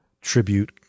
tribute